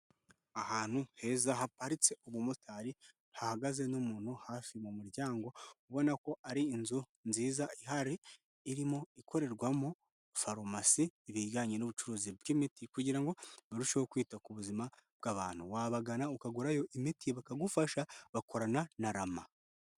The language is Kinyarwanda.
Ahantu heza haparitse umumotari, hahagaze n'umuntu hafi mu muryango, ubona ko ari inzu nziza ihari, irimo ikorerwamo farumasi ibijyanye n'ubucuruzi bw'imiti kugira ngo barusheho kwita ku buzima bw'abantu, wabagana ukagurayo imiti bakagufasha bakorana na RAMA.